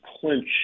clinch